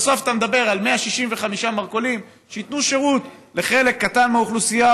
בסוף אתה מדבר על 165 מרכולים שייתנו שירות לחלק קטן מהאוכלוסייה,